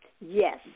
Yes